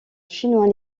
chinois